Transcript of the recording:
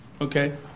Okay